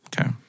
Okay